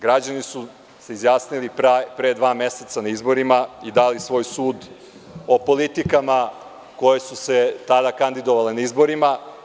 Građani su se izjasnili pre dva meseca na izborima i dali svoj sud o politikama koje su se tada kandidovale na izborima.